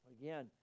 Again